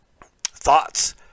thoughts